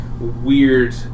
weird